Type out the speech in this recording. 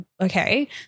okay